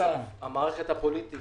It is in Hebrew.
המערכת הפוליטית